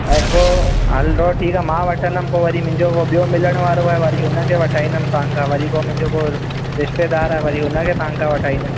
ऐं को हलंदो ठीकु आहे मां वठंदुमि पोइ वरी मुंहिंजो उहो ॿियो मिलणु वारो आहे वरी हुनखे वठाईंदुमि तव्हां खां वरी पोइ मुंहिंजो को रिश्तेदार आहे वरी हुनखे तव्हां खां वठाईंदुमि